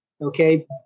Okay